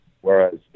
Whereas